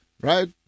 Right